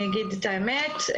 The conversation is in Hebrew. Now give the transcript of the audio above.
אני אגיד את האמת,